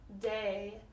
day